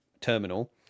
terminal